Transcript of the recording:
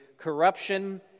corruption